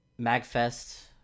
MagFest